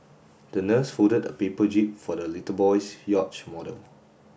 the nurse folded a paper jib for the little boy's yacht model